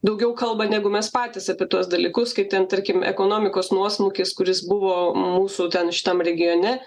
daugiau kalba negu mes patys apie tuos dalykus kaip ten tarkim ekonomikos nuosmukis kuris buvo mūsų ten šitam regione